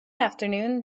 afternoon